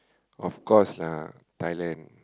of course lah Thailand